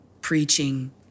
preaching